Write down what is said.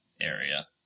area